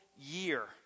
year